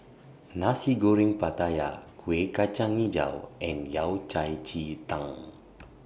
Nasi Goreng Pattaya Kuih Kacang Hijau and Yao Cai Ji Tang